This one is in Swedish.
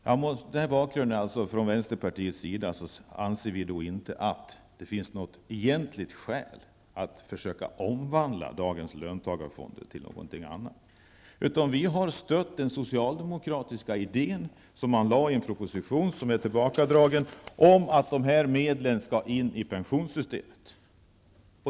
Mot denna bakgrund anser vi från vänsterpartiet att det inte finns något egentligt skäl att försöka omvandla dagens löntagarfonder till någonting annat. Vi har stött den socialdemokratiska idén som lades fram i en proposition, som nu är tillbakadragen, om att dessa medel skall in i pensionssystemet.